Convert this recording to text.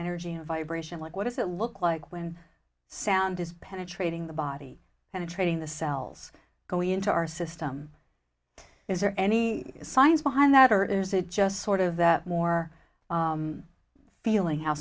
energy and vibration like what does it look like when sound is penetrating the body and the training the cells going into our system is there any science behind that or is it just sort of that more feeling how